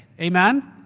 Amen